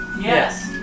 Yes